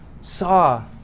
saw